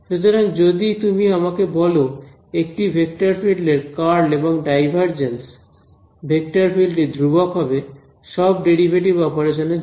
সুতরাং যদি তুমি আমাকে বল একটি ভেক্টর ফিল্ড এর কার্ল এবং ডাইভারজেন্স ভেক্টর ফিল্ড টি ধ্রুবক হবে সব ডেরিভেটিভ অপারেশন এর জন্য